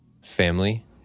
family